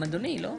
גם אדוני, לא?